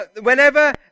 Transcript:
whenever